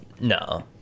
no